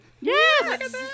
Yes